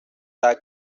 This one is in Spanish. fue